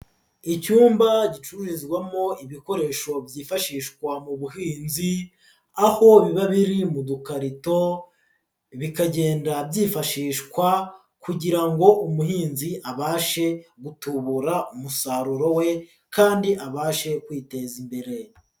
Icyumba gicururizwamo ibikoresho byifashishwa mu buhinzi, aho biba biri mu dukarito bikagenda byifashishwa kugira ngo umuhinzi abashe gutubura umusaruro we, kandi abashe kwiteza imbere.